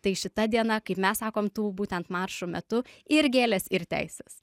tai šita diena kaip mes sakom tų būtent mačų metu ir gėlės ir teisės